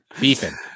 Beefing